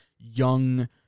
young